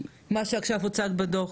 מה שעכשיו הוצג בדוח.